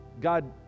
God